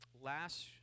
Last